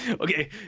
okay